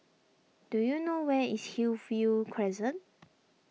do you know where is Hillview Crescent